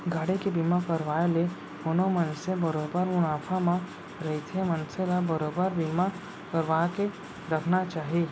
गाड़ी के बीमा करवाय ले कोनो मनसे बरोबर मुनाफा म रहिथे मनसे ल बरोबर बीमा करवाके रखना चाही